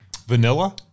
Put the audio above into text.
Vanilla